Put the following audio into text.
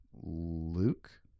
Luke